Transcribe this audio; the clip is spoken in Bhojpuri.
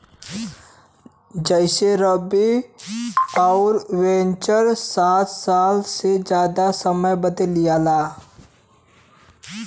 जइसेरवि अउर वेन्चर सात साल से जादा समय बदे लिआला